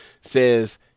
says